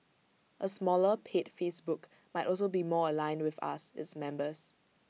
A smaller paid Facebook might also be more aligned with us its members